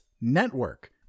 network